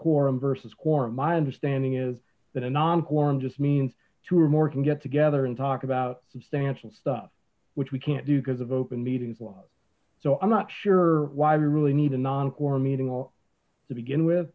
quorum versus quorum my understanding is that a non quorum just means two or more can get together and talk about substantial stuff which we can't do because of open meetings laws so i'm not sure why we really need